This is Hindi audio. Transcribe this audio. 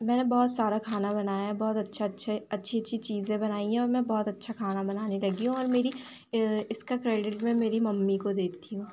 मैंने बहुत सारा खाना बनाया है बहुत अच्छा अच्छा अच्छी अच्छी चीज़ें बनाई हैं और मैं बहुत अच्छा खाना बनाने लगी हूँ और मेरी इसका क्रेडिट मैं मेरी मम्मी को देती हूँ